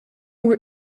were